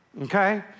Okay